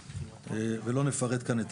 ולא נפרט כאן.